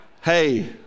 Hey